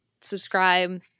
subscribe